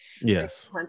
Yes